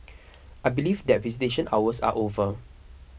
I believe that visitation hours are over